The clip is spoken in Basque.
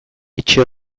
etxe